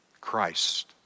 Christ